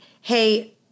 hey